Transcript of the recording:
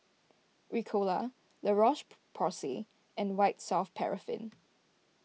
Ricola La Roche Porsay and White Soft Paraffin